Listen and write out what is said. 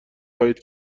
خواهید